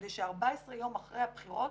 כדי ש-14 יום אחרי הבחירות